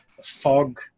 fog